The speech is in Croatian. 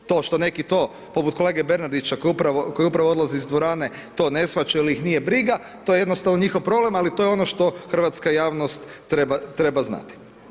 To što neki to, poput, kolege Bernardića, koji upravo odlazi iz dvorane to ne shvaća ili ih nije briga, to je jednostavno njihov problem ali to je ono što hrvatska javnost treba znati.